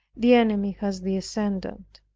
the enemy has the ascendant.